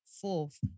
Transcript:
fourth